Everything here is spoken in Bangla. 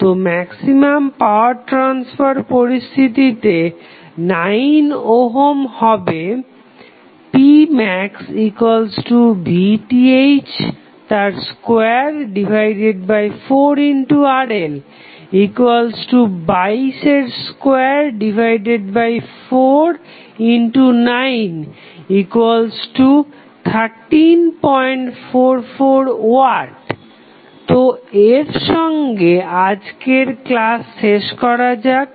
তো ম্যাক্সিমাম পাওয়ার ট্রাসফার পরিস্থিতিতে 9 ওহম হবে pmaxVth24RL222491344W তো এর সঙ্গে আজকের ক্লাস শেষ করা যাক